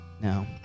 no